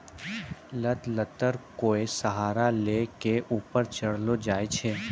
लत लत्तर कोय सहारा लै कॅ ऊपर चढ़ैलो जाय छै